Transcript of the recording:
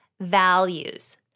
values